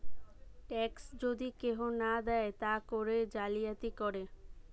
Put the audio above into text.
tax যদি কেহু না দেয় তা করে জালিয়াতি করে